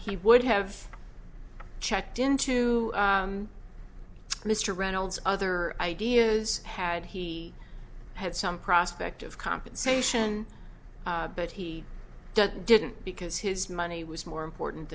he would have checked into mr reynolds other ideas had he had some prospect of compensation but he didn't because his money was more important